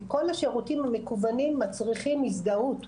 כי כל השירותים המקוונים מצריכים הזדהות.